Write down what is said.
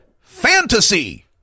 fantasy